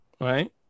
Right